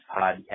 podcast